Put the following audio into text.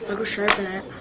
but go sharpen it.